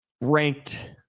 ranked